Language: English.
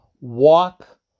walk